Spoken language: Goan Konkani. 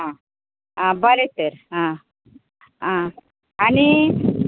आं आं बरें तर आं आनी